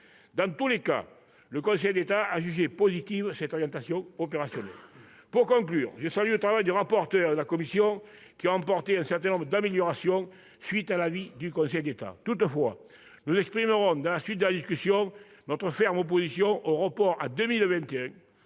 Dans tous les cas, le Conseil d'État a jugé positive cette orientation opérationnelle. Pour conclure, je salue le travail du rapporteur et de la commission, grâce auquel a été apporté un certain nombre d'améliorations à la suite de l'avis du Conseil d'État. Toutefois, nous exprimerons dans le cours de la discussion une opposition au report à 2021